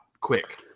quick